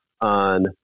on